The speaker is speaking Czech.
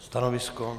Stanovisko?